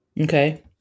Okay